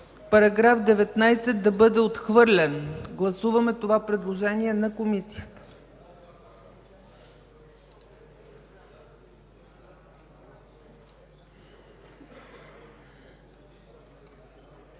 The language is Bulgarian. § 19 да бъде отхвърлен. Гласуваме това предложение на Комисията.